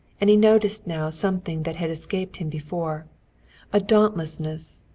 and he noticed now something that had escaped him before a dauntlessness,